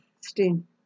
Steam